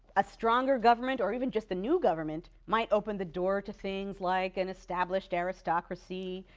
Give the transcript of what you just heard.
a stronger government or even just a new government might open the door to things like an established aristocracy,